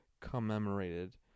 commemorated